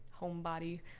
homebody